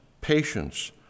patience